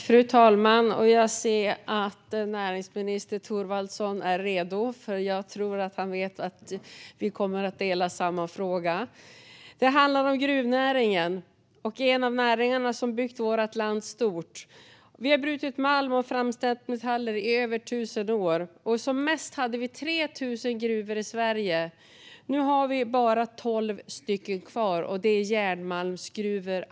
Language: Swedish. Fru talman! Jag ser att näringsminister Thorwaldsson är redo. Jag tror att han vet att vi kommer att dela samma fråga. Det handlar om gruvnäringen, en av de näringar som byggt vårt land stort. Vi har brutit malm och framställt metaller i över tusen år. Som mest hade vi 3 000 gruvor i Sverige. Nu har vi bara 12 kvar, och alla är järnmalmsgruvor.